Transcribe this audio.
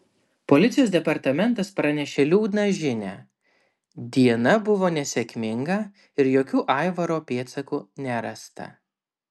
policijos departamentas pranešė liūdną žinią diena buvo nesėkminga ir jokių aivaro pėdsakų nerasta